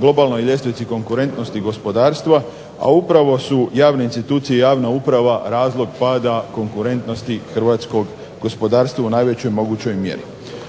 globalnoj ljestvici konkurentnosti gospodarstva, a upravo su javne institucije i javna uprava razloga pada konkurentnosti hrvatskog gospodarstva u najvećoj mogućoj mjeri.